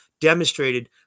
demonstrated